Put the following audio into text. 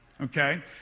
Okay